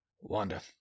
Wanda